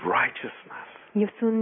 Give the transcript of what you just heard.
righteousness